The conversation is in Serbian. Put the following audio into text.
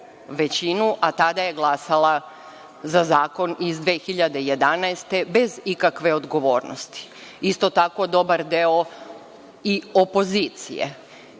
većinu, a tada je glasala za zakon iz 2011. godine bez ikakve odgovornosti. Isto tako dobar deo i opozicije.